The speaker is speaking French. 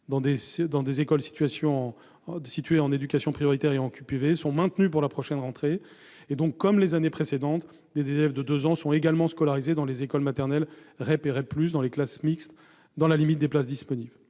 quartiers prioritaires de la politique de la ville sont maintenus pour la prochaine rentrée. Comme les années précédentes, des élèves de deux ans seront également scolarisés dans les écoles maternelles REP et REP+ dans des classes mixtes, dans la limite des places disponibles.